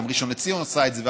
וגם ראשון לציון עושה את זה,